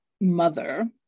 mother